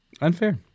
Unfair